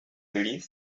believe